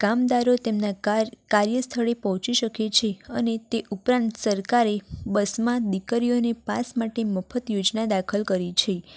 કામદારો તેમના કાર્ય કાર્યસ્થળે પહોંચી શકે છે અને તે ઉપરાંત સરકારે બસમાં દીકરીઓને પાસ માટે મફત યોજના દાખલ કરી છે